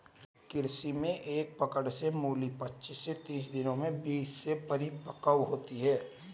कृषि में एक पकड़ में मूली पचीस से तीस दिनों में बीज से परिपक्व होती है